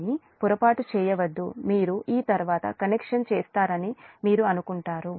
కానీ పొరపాటు చేయవద్దు మీరు ఈ తర్వాత కనెక్షన్ చేస్తారని మీరు అనుకుంటారు